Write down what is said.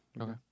Okay